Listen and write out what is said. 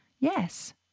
yes